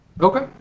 Okay